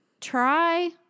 try